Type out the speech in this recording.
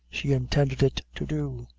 she intended it to do.